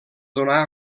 donar